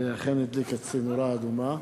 זה אכן הדליק אצלי נורה אדומה,